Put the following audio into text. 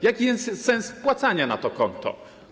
Jaki jest sens wpłacania na to konto?